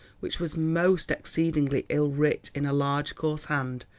which was most exceedingly ill writ in a large coarse hand,